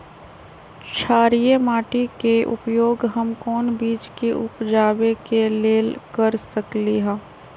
क्षारिये माटी के उपयोग हम कोन बीज के उपजाबे के लेल कर सकली ह?